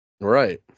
right